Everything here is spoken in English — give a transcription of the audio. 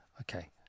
Okay